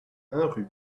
rue